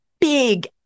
big